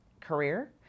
career